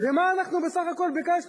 ומה אנחנו בסך הכול ביקשנו,